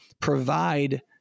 provide